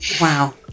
Wow